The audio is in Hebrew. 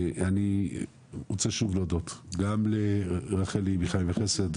אני רוצה שוב להודות גם לרחלי מ"חיים וחסד",